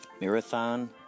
Marathon